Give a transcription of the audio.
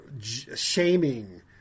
shaming